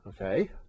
Okay